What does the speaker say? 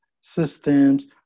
systems